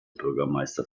bürgermeister